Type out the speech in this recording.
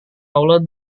allah